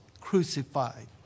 crucified